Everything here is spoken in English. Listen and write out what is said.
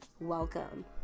welcome